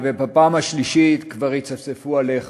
ובפעם השלישית כבר יצפצפו עליך.